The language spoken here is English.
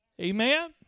amen